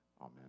Amen